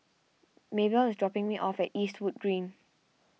Maebell is dropping me off at Eastwood Green